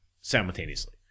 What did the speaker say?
simultaneously